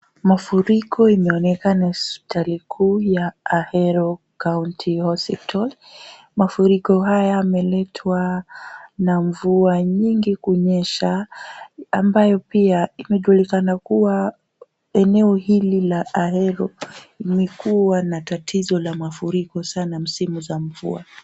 Mafuriko inaonekana hospitali kuu ya Ahero County Hospital . Mafuriko haya yameletwa na mvua nyingi kunyesha, ambayo pia inajulikana kuwa, eneo hili la Ahero ni kuwa na tatizo la mafuriko sana msimu wa mvua.